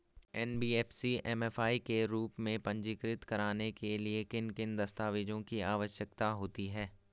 NBFC MFI के रूप में पंजीकृत कराने के लिए किन किन दस्तावेज़ों की आवश्यकता होती है?